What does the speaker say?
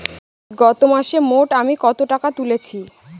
গত মাসে মোট আমি কত টাকা তুলেছি?